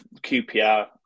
QPR